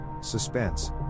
suspense